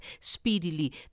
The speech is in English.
speedily